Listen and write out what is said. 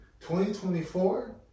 2024